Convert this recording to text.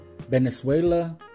Venezuela